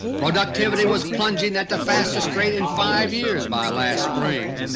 productivity was plunging at the fastest rate in five years by last spring.